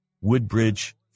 Woodbridge